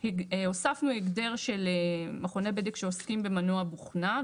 הוספנו הגדר של מכוני בדק שעוסקים במנוע בוכנה.